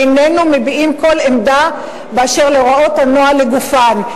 איננו מביעים כל עמדה באשר להוראות הנוהל לגופן".